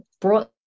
brought